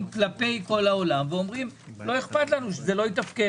כלפי כל העולם ואומרים: לא אכפת לנו שזה לא יתפקד.